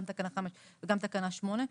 גם תקנה 5 וגם תקנה 8,